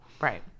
right